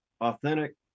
authentic